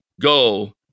go